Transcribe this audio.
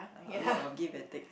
a a lot of give and take